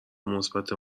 مثبت